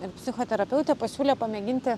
ir psichoterapeutė pasiūlė pamėginti